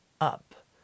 up